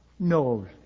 No